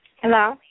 Hello